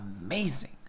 amazing